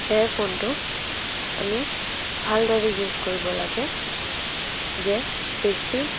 এয়াৰফোনটো আমি ভালদৰে ইউজ কৰিব লাগে যে বেছি